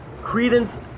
Credence